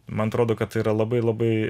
man atrodo kad yra labai labai